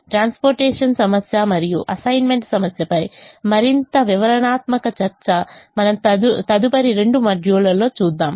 transportation సమస్య మరియు assignment సమస్యపై మరింత వివరణాత్మక చర్చ మనం తదుపరి రెండు మాడ్యూళ్ళలో చూద్దాం